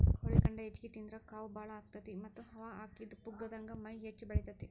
ಕೋಳಿ ಖಂಡ ಹೆಚ್ಚಿಗಿ ತಿಂದ್ರ ಕಾವ್ ಬಾಳ ಆಗತೇತಿ ಮತ್ತ್ ಹವಾ ಹಾಕಿದ ಪುಗ್ಗಾದಂಗ ಮೈ ಹೆಚ್ಚ ಬೆಳಿತೇತಿ